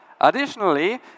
Additionally